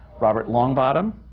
robert longbottom,